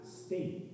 state